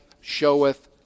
showeth